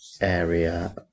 area